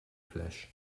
flash